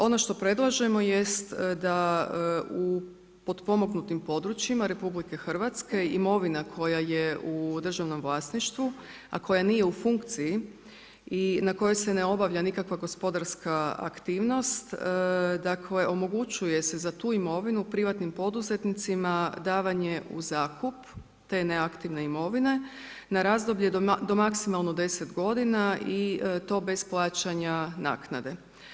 Ono što predlažemo jest da u potpomognutim područjima RH imovina koja je u državnom vlasništvu, a koja nije u funkciji i na kojoj se ne obavlja nikakva gospodarska aktivnost, dakle omogućuje se za tu imovinu privatnim poduzetnicima davanje u zakup te neaktivne imovine na razdoblje do maksimalno 10 godina i to bez plaćanja naknade.